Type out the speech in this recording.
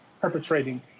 perpetrating